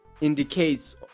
indicates